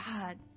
God